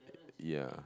ya